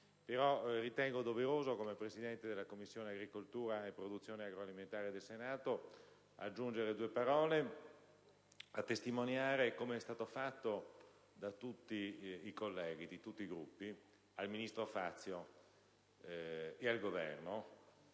Ritengo doveroso, come Presidente della Commissione agricoltura e produzione agroalimentare del Senato, aggiungere due parole per testimoniare - come è stato fatto da tutti i colleghi di tutti i Gruppi - al ministro Fazio e al Governo